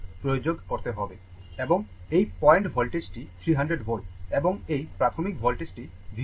এবং এই point voltage টি 300 volt এবং এই প্রাথমিক voltageটি VC 0 ছিল যাকে আপনি 100 volt বলেন